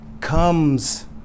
comes